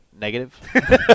negative